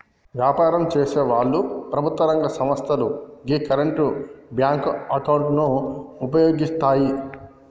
వ్యాపారం చేసేవాళ్ళు, ప్రభుత్వం రంగ సంస్ధలు యీ కరెంట్ బ్యేంకు అకౌంట్ ను వుపయోగిత్తాయి